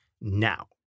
now